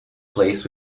plays